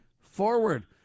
forward